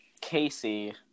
Casey